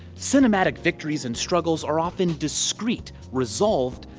cinematic victories and struggles are often discrete, resolved,